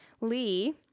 Lee